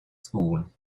school